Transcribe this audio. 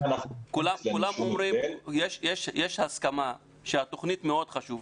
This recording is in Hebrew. יש הסכמה שהתוכנית מאוד חשובה.